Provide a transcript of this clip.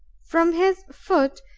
from his foot,